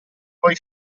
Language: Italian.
poi